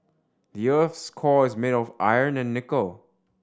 the earth's core is made of iron and nickel